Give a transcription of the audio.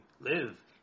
live